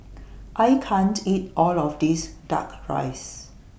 I can't eat All of This Duck Rice